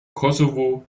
kosovo